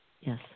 Yes